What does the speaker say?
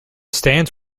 stands